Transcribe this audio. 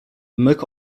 mych